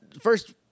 First